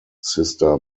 sister